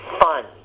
fun